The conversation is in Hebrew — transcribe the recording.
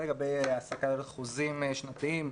הנקודה לגבי העסקה על אחוזים שנתיים,